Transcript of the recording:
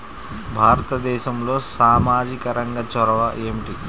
భారతదేశంలో సామాజిక రంగ చొరవ ఏమిటి?